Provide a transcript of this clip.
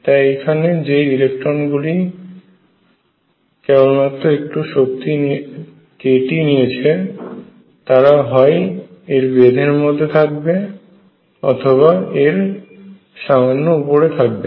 তাই এখানে যেই ইলেকট্রনগুলি কেবলমাত্র একটু শক্তি kT নিয়েছে তারা হয় এর বেধের মধ্যে থাকবে অথবা এর সামান্য উপরে থাকবে